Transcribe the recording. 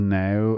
now